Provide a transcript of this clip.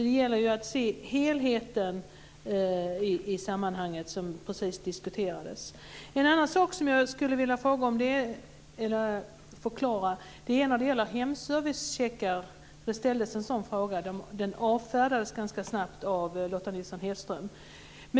Det gäller att se helheten i sammanhanget, som precis diskuterades. En annan sak jag vill ha förklarad gäller hemservicecheckar. Det ställdes en fråga som avfärdades ganska snabbt av Lotta Nilsson-Hedström.